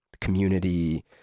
community